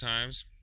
times